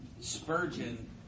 Spurgeon